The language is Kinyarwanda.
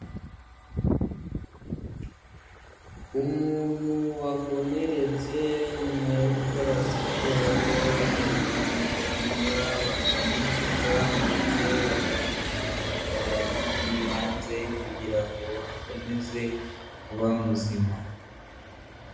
Umuntu wakomeretse nyuma yo gukora siporo ajya kwa muganga bakamupfuka ndetse bakamuha ubutabazi bw'ibanze, kugira ngo akomeze kuba muzima.